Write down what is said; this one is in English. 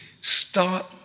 start